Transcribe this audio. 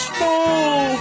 Small